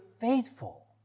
faithful